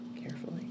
carefully